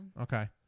okay